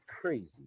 crazy